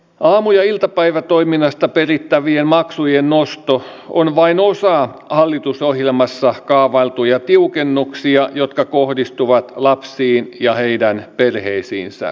aamu ja iltapäivätoiminnasta perittävien maksujen nosto on vain osa hallitusohjelmassa kaavailtuja tiukennuksia jotka kohdistuvat lapsiin ja heidän perheisiinsä